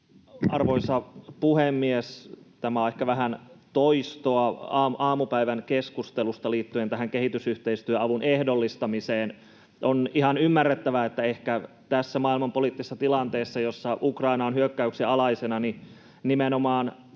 Arvoisa puhemies! Tämä on ehkä vähän toistoa aamupäivän keskustelusta liittyen tähän kehitysyhteistyöavun ehdollistamiseen. On ihan ymmärrettävää, että ehkä tässä maailmanpoliittisessa tilanteessa, jossa Ukraina on hyökkäyksen alaisena, nimenomaan